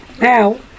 Now